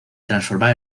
transformar